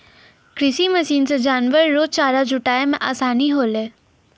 कृषि मशीन से जानवर रो चारा जुटाय मे आसानी होलै